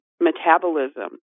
metabolism